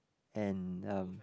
and um